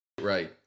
right